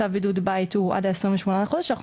צו בידוד בית הוא עד ה-28 לחודש ואנחנו